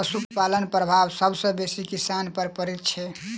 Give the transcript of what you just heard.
पशुपालनक प्रभाव सभ सॅ बेसी किसान पर पड़ैत छै